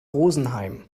rosenheim